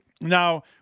Now